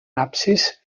absis